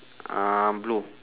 uh blue